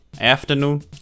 Afternoon